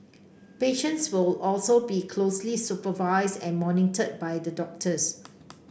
patients will also be closely supervised and monitored by the doctors